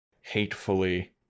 hatefully